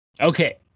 Okay